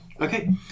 Okay